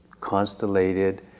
constellated